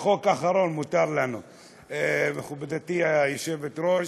מכובדתי היושבת-ראש,